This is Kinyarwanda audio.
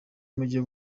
mujye